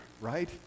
right